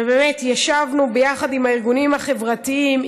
ובאמת ישבנו ביחד עם הארגונים החברתיים,